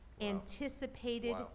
Anticipated